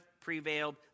prevailed